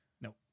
No